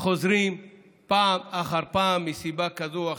חוזרים פעם אחר פעם מסיבה כזאת או אחרת.